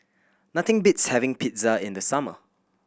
nothing beats having Pizza in the summer